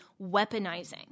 weaponizing